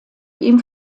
ihm